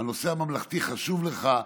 הנושא הממלכתי חשוב לך.